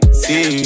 see